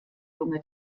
lunge